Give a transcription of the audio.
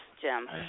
Jim